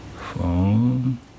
phone